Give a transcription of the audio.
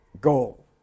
goal